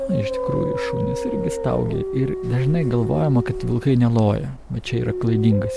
na iš tikrųjų šunys irgi staugia ir dažnai galvojama kad vilkai neloja va čia yra klaidingas